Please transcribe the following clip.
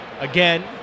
Again